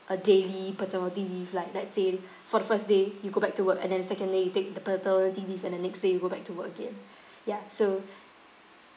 a daily paternity leave like let's say for the first day you go back to work and then second day you take the paternity leave and then next day you go back to work again ya so